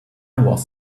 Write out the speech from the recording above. was